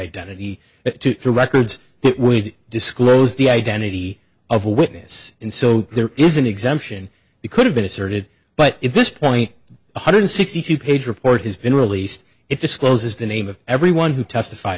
identity to the records that would disclose the identity of a witness in so there is an exemption he could have been asserted but if this point one hundred sixty two page report has been released it discloses the name of everyone who testified